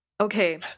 Okay